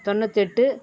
தொண்ணுாத்தெட்டு